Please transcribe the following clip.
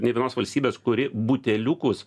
nei vienos valstybės kuri buteliukus